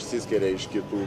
išsiskiria iš kitų